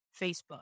Facebook